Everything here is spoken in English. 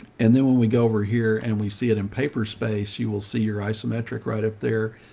and then when we go over here and we see it in paper space, you will see your isometric right up there,